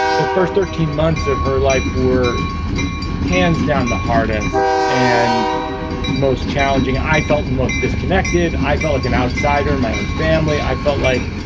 the first thirteen months of her life were hands down. the hardest and most challenging. i felt the most disconnected. i felt like an outsider outsider in my own family. i felt like,